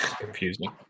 confusing